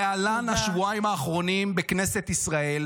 להלן השבועיים האחרונים בכנסת ישראל,